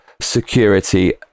Security